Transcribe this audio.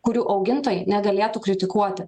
kurių augintojai negalėtų kritikuoti